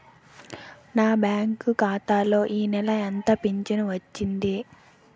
నా బ్యాంక్ ఖాతా లో ఈ నెల ఎంత ఫించను వచ్చింది?